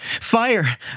Fire